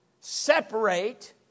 Separate